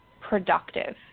productive